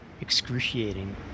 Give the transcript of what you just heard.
excruciating